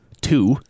Two